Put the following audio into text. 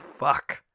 Fuck